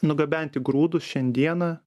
nugabenti grūdus šiandieną